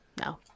No